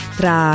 tra